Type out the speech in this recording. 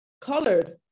colored